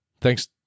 Thanks